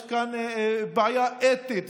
יש כאן בעיה אתית ומוסרית,